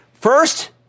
First